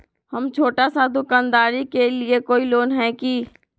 हम छोटा सा दुकानदारी के लिए कोई लोन है कि?